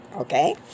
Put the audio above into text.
Okay